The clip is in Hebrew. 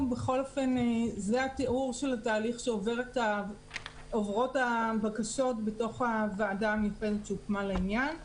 זה התיאור של התהליך שעוברות הבקשות בתוך הוועדה המיוחדת שהוקמה לעניין.